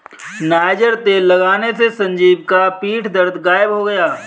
niger तेल लगाने से संजीव का पीठ दर्द गायब हो गया